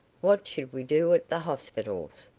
what should we do at the hospitals?